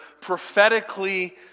prophetically